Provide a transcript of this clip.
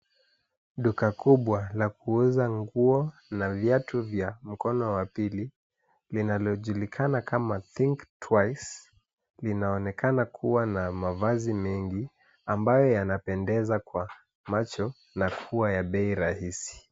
Duka kubwa la kuuza nguo na viatu vya mkono wa pili linalojulikana kama think twice linaonekana kuwa na mavazi mengi ambayo yanapendeza kwa macho na kuwa ya bei rahisi.